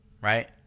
right